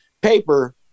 paper